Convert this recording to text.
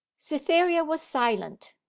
cytherea was silent.